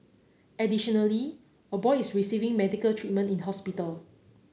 additionally a boy is receiving medical treatment in hospital